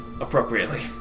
appropriately